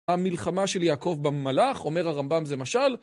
המלחמה של יעקב במלאך, אומר הרמב״ם זה משל.